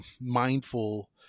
mindful